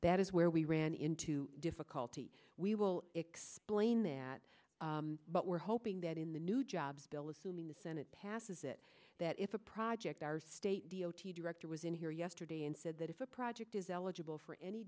that is where we ran into difficulty we will explain that but we're hoping that in the new jobs bill assuming the senate passes it that if a project our state d o t director was in here yesterday and said that if a project is eligible for any